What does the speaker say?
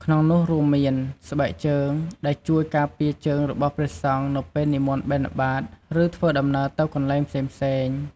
ក្នុងនោះរួមមាន ស្បែកជើង ដែលជួយការពារជើងរបស់ព្រះសង្ឃនៅពេលនិមន្តបិណ្ឌបាត ឬធ្វើដំណើរទៅកន្លែងផ្សេងៗ។